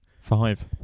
Five